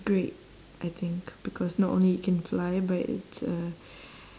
great I think because not only it can fly but it's a